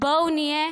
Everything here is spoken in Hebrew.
בואו נהיה